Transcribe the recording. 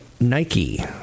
Nike